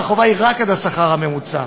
והחובה היא רק עד השכר הממוצע.